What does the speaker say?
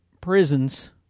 prisons